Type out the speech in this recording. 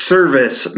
Service